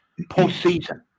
postseason